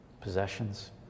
possessions